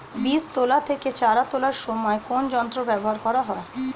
বীজ তোলা থেকে চারা তোলার সময় কোন যন্ত্র ব্যবহার করা হয়?